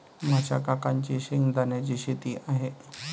माझ्या काकांची शेंगदाण्याची शेती आहे